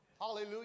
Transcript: hallelujah